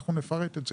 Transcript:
ואנחנו נפרט את זה,